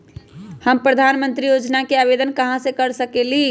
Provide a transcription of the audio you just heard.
हम प्रधानमंत्री योजना के आवेदन कहा से कर सकेली?